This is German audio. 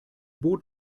bot